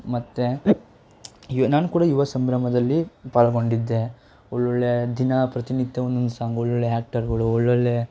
ಮತ್ತು ಯು ನಾನು ಕೂಡ ಯುವಸಂಭ್ರಮದಲ್ಲಿ ಪಾಲ್ಗೊಂಡಿದ್ದೆ ಒಳ್ಳೊಳ್ಳೆಯ ದಿನ ಪ್ರತಿನಿತ್ಯ ಒನ್ನೊಂದು ಸಾಂಗುಗಳು ಒಳ್ಳೊಳ್ಳೆಯ ಆಕ್ಟರುಗಳು ಒಳ್ಳೊಳ್ಳೆಯ